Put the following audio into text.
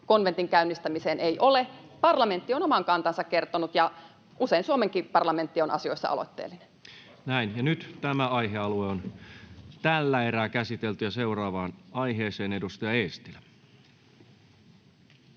konventin käynnistämiseen ei ole. Parlamentti on oman kantansa kertonut, ja usein Suomenkin parlamentti on asioissa aloitteellinen. [Perussuomalaisten ryhmästä: Vastatkaa kysymykseen!] Seuraavaan aiheeseen, edustaja Eestilä.